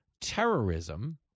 terrorism